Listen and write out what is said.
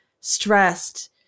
stressed